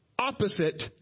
opposite